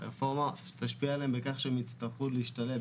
הרפורמה תשפיע עליהם בכך שהם הצטרכו להשתלב,